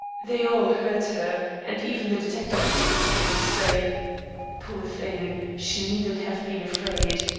they all heard her, and even the detective was constrained to say poor thing, she needn't have been afraid.